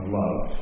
love